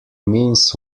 means